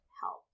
help